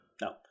No